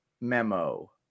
memo